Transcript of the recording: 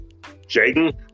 Jaden